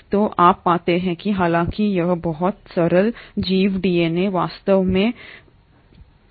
तो आप पाते हैं कि हालांकि यह बहुत है सरल जीव डीएनए वास्तव में उतना जटिल नहीं है